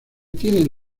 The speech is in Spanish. tienen